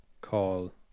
Call